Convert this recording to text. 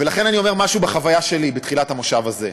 ולכן אני אומר משהו מהחוויה שלי בתחילת הכנס הזה.